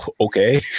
okay